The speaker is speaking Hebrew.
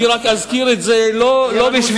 אני רק אזכיר את זה, לא בשביל